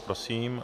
Prosím.